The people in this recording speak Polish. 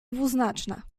dwuznaczna